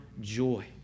joy